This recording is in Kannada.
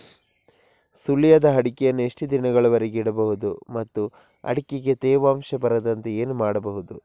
ಸುಲಿಯದ ಅಡಿಕೆಯನ್ನು ಎಷ್ಟು ದಿನಗಳವರೆಗೆ ಇಡಬಹುದು ಮತ್ತು ಅಡಿಕೆಗೆ ತೇವಾಂಶ ಬರದಂತೆ ಏನು ಮಾಡಬಹುದು?